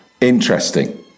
Interesting